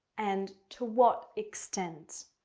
and to what extent?